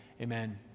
Amen